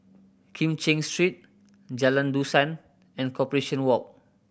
Kim Cheng Street Jalan Dusan and Corporation Walk